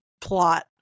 plot